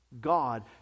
God